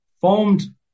formed